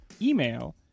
email